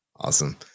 Awesome